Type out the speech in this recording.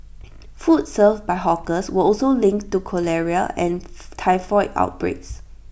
food served by hawkers were also linked to cholera and typhoid outbreaks